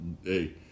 hey